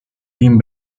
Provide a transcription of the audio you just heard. kim